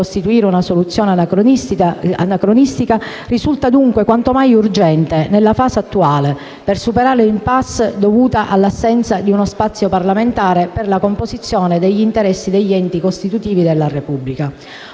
11, lungi dal costituire una soluzione anacronistica, risulta dunque quanto mai urgente nella fase attuale, per superare l'*impasse* dovuta all'assenza di uno spazio parlamentare per la composizione degli interessi degli enti costitutivi della Repubblica.